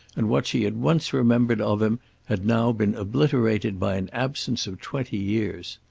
and what she had once remembered of him had now been obliterated by an absence of twenty years.